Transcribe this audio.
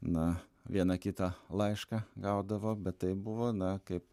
na vieną kitą laišką gaudavo bet tai buvo na kaip